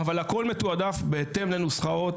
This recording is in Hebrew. אבל הכול מתועדף בהתאם לנוסחאות